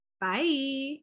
Bye